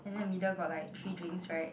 and then middle like got three drinks right